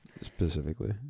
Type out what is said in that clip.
specifically